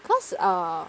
cause err